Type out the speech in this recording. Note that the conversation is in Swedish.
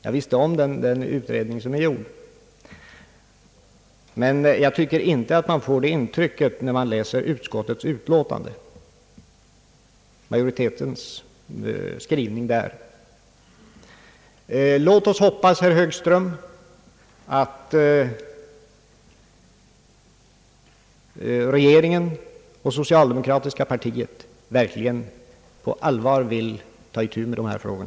Jag kände till den utredning som har gjorts, men jag tycker inte att man får samma intryck när man läser majoritetens skrivning i utskottsutlåtandet. Låt oss hoppas, herr Högström, att också regeringen och socialdemokratiska partiet verkligen på allvar vill ta itu med dessa frågor.